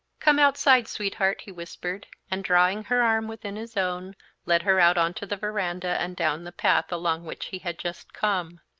come outside, sweetheart, he whispered, and drawing her arm within his own led her out onto the veranda and down the path along which he had just come.